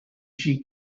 she